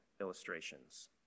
illustrations